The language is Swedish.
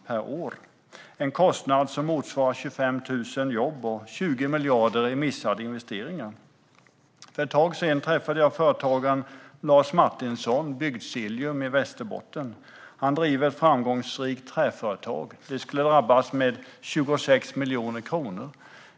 Det är en kostnad som motsvarar 25 000 jobb och 20 miljarder i missade investeringar. För ett tag sedan träffade jag företagaren Lars Martinsson i Bygdsiljum i Västerbotten. Han driver ett framgångsrikt träföretag. Det skulle drabbas med 26 miljoner kronor.